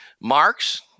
Marx